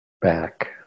back